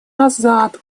назад